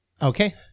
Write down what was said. Okay